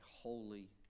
holy